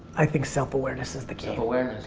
i think self-awareness is the key. self-awareness.